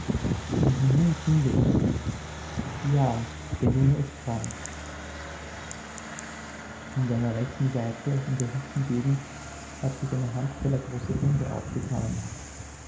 und nun finde ich ja der junge ist krank in seiner rechten seite in der hüftengegend hat sich eine handtellergroße wunde aufgetan